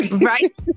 Right